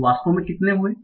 तो वास्तव में कितने हुए